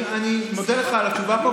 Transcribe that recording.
אני מודה לך על התשובה פה,